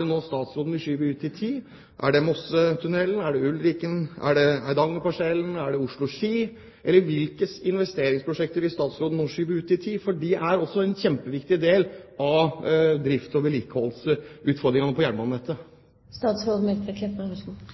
vil statsråden skyve ut i tid? Er det Mossetunnelen, er det Ulrikken, er det Eidangerparsellen, er det Oslo–Ski? Eller hvilke investeringsprosjekter vil statsråden nå skyve ut i tid? Det er også en kjempeviktig del av drifts- og vedlikeholdsutfordringene på jernbanenettet.